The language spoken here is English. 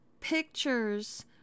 pictures